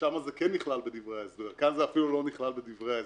שם זה כן נכלל בדברי ההסבר ואילו כאן זה אפילו לא נכלל בדברי ההסבר.